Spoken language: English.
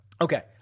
Okay